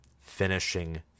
finishing